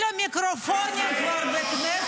אפילו המיקרופונים בכנסת כבר לא מחזיקים.